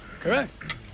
correct